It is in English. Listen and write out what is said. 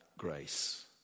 grace